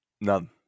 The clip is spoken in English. None